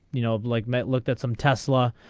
you know blake met looked at some tesla